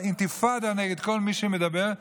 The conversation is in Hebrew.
אינתיפאדה נגד כל מי שמדבר.